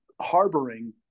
harboring